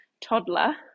toddler